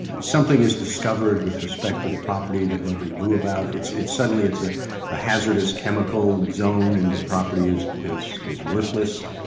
something is discovered with respect to the property that nobody knew about. it's it's suddenly, it's a ah hazardous chemical zone and the property is is is worthless.